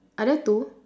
are there two